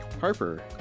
Harper